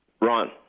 Ron